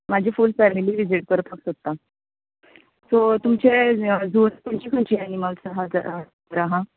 म्हाजी full family visit करपाक सोदता सो तुमचे झून खंयचीं खंयचीं एनिमल्स आहा ज आहा